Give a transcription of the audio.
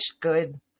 good